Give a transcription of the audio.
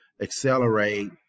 accelerate